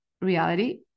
reality